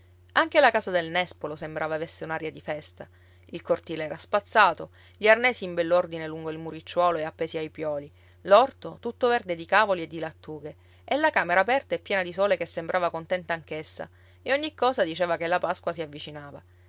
anche la casa del nespolo sembrava avesse un'aria di festa il cortile era spazzato gli arnesi in bell'ordine lungo il muricciuolo e appesi ai piuoli l'orto tutto verde di cavoli e di lattughe e la camera aperta e piena di sole che sembrava contenta anch'essa e ogni cosa diceva che la pasqua si avvicinava